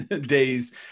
days